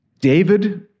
David